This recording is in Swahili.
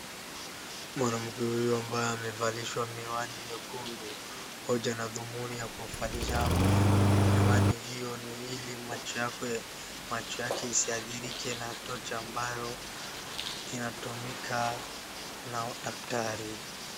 Mwanamke huyu ambaye amevalishwa miwani nyekundu, hoja na dhumuni ya kuvalisha miwani hiyo ni ili macho yake isiadhirike na tochi ambayo inatumika an daktari.